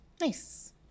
Nice